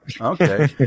okay